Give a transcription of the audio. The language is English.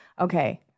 okay